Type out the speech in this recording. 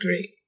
great